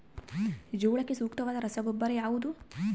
ಜೋಳಕ್ಕೆ ಸೂಕ್ತವಾದ ರಸಗೊಬ್ಬರ ಯಾವುದು?